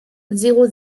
zéro